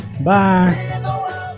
Bye